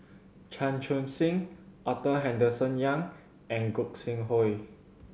Chan Chun Sing Arthur Henderson Young and Gog Sing Hooi